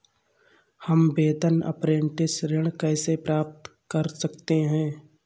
हम वेतन अपरेंटिस ऋण कैसे प्राप्त कर सकते हैं?